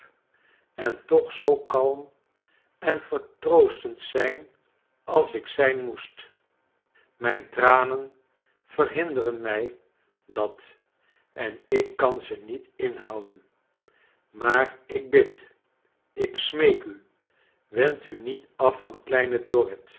en toch zoo kalm en vertroostend zijn als ik zijn nioest mijn tranen verhinderen mij dat en ik kan ze niet inhouden maar ik bid ik smeek u wend u niet af van kleine dorrit